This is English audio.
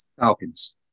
Falcons